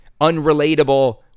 unrelatable